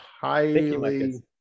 highly